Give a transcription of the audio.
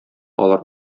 алар